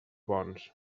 bons